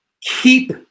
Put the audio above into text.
keep